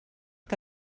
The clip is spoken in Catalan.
que